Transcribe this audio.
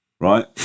right